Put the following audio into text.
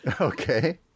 okay